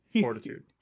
fortitude